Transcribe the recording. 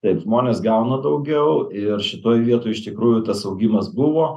taip žmonės gauna daugiau ir šitoj vietoj iš tikrųjų tas augimas buvo